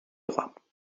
droits